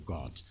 God